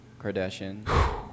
Kardashian